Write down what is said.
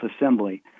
Assembly